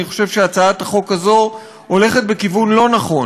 אני חושב שהצעת החוק הזו הולכת בכיוון לא נכון.